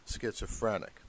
schizophrenic